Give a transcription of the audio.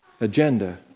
agenda